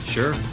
Sure